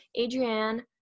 Adrienne